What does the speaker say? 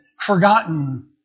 forgotten